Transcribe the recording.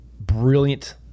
brilliant